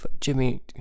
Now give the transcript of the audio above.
Jimmy